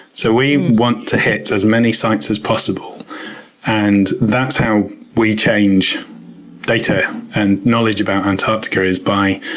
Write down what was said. so we want to hit as many sites as possible and that's how we change data and knowledge about antarctica is by